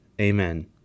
Amen